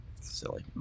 Silly